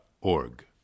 org